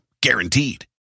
guaranteed